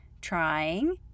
Trying